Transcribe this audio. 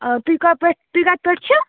آ تُہۍ کتہِ پٲٹھۍ تُہۍ کتہِ پٮ۪ٹھ چھُو